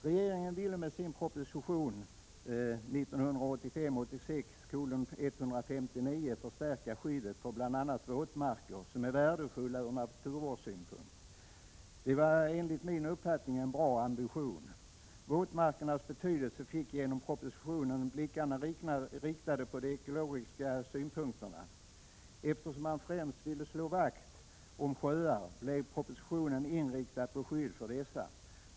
Regeringen ville med sin proposition 1985/86:159 förstärka skyddet för bl.a. våtmarker som är värdefulla ur naturvårdssynpunkt. Det var enligt min uppfattning en bra ambition. Genom propositionen riktades blickarna på våtmarkernas betydelse och på de ekologiska synpurkterna. Eftersom man främst ville slå vakt om sjöar blev propositionen inriktad på skydd för dessa.